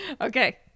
okay